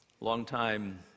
Longtime